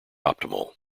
optimal